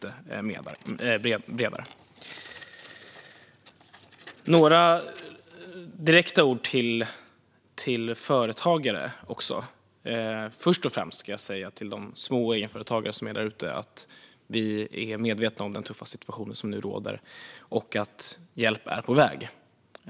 Jag vill också rikta några direkta ord till företagare. Jag vill först säga till de småföretagare och egenföretagare som är där ute att vi är medvetna om den tuffa situation som nu råder och att hjälp är på väg.